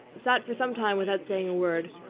sat for some time without saying a word.